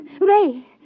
Ray